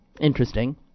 interesting